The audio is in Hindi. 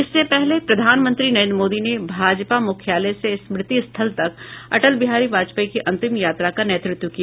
इससे पहले प्रधानमंत्री नरेन्द्र मोदी ने भाजपा मुख्यालय से स्मृति स्थल तक अटल बिहारी वाजपेयी की अंतिम यात्रा का नेतृत्व किया